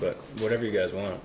but whatever you guys want